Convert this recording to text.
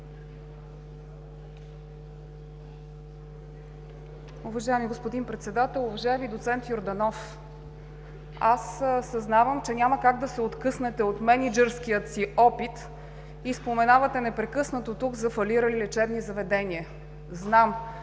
Уважаеми господин Председател! Уважаеми доцент Йорданов, аз съзнавам, че няма как да се откъснете от мениджърския си опит и тук непрекъснато споменавате за фалирали лечебни заведения. Зная,